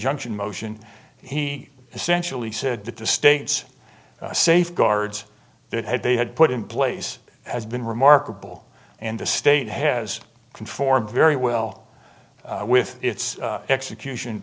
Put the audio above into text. injunction motion he essentially said that the state's safeguards it had they had put in place has been remarkable and the state has conformed very well with its execution